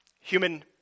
Human